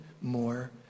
more